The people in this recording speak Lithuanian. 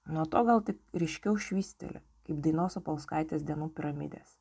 nuo to gal tik ryškiau švysteli kaip dainos opolskaitės dienų piramidės